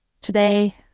Today